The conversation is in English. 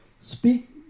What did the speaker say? Speak